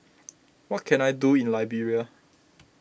what can I do in Liberia